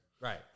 Right